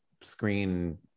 screen